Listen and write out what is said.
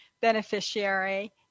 beneficiary